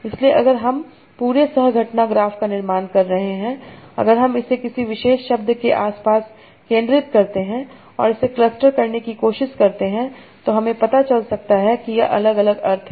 इसलिए अगर हम पूरे सह घटना ग्राफ का निर्माण कर रहे हैं अगर हम इसे किसी विशेष शब्द के आसपास केंद्रित करते हैं और इसे क्लस्टर करने की कोशिश करते हैं तो हमें पता चल सकता है कि यह अलग अलग अर्थ हैं